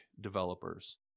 developers